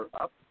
up